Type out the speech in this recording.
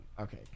Okay